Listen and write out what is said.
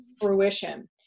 fruition